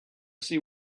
see